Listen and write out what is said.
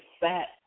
fat